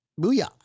booyah